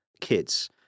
kids